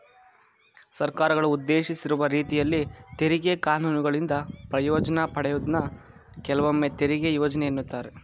ಸರ್ಕಾರಗಳು ಉದ್ದೇಶಿಸಿರುವ ರೀತಿಯಲ್ಲಿ ತೆರಿಗೆ ಕಾನೂನುಗಳಿಂದ ಪ್ರಯೋಜ್ನ ಪಡೆಯುವುದನ್ನ ಕೆಲವೊಮ್ಮೆತೆರಿಗೆ ಯೋಜ್ನೆ ಎನ್ನುತ್ತಾರೆ